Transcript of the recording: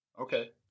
okay